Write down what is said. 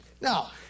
Now